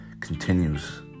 continues